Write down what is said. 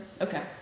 Okay